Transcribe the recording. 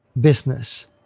business